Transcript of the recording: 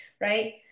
Right